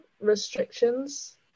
restrictions